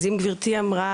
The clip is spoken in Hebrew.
אז אם גברתי אמרה,